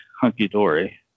hunky-dory